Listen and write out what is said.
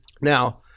Now